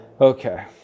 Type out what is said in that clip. Okay